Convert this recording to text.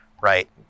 right